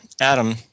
Adam